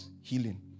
healing